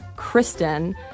kristen